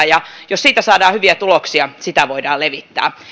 ja jos siitä saadaan hyviä tuloksia sitä voidaan levittää